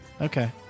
Okay